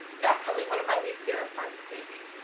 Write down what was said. definitely one of my least favorite parts of baking,